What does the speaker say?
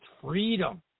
freedom